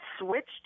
switched